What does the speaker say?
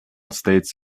states